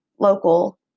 local